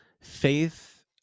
faith